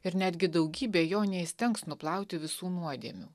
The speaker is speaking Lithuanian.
ir netgi daugybė jo neįstengs nuplauti visų nuodėmių